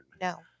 no